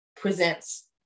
presents